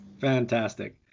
Fantastic